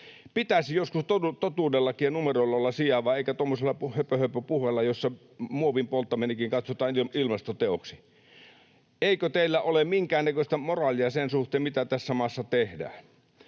Pitäisi joskus totuudellakin ja numeroilla olla sijaa eikä tuommoisella höpöhöpöpuheella, jossa muovin polttaminenkin katsotaan jo ilmastoteoksi. Eikö teillä ole minkäännäköistä moraalia sen suhteen, mitä tässä maassa tehdään?